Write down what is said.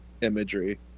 imagery